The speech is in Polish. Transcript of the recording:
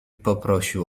poprosił